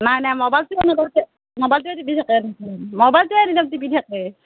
নাই নাই ম'বাইলটো অনবৰতে ম'বাইলটোৱে টিপি থাকে দেখোন ম'বাইলটোৱে এনি টাইম টিপি থাকে